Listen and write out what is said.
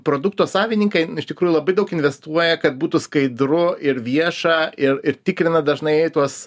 produkto savininkai iš tikrųjų labai daug investuoja kad būtų skaidru ir vieša ir ir tikrina dažnai tuos